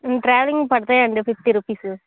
ట్రావెలింగ్కి పడుతాయి అండి ఫిఫ్టీ రూపీసు